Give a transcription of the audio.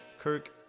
Kirk